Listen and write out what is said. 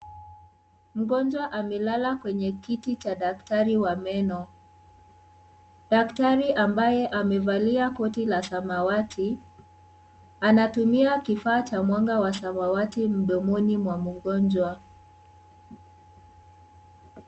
Mgonjwa amelala kwenye kiti cha daktari wa meno. Daktari ambaye amevali koti la samawati anatumia kifaa cha mwanga wa samawati mdomoni mwa mgonjwa.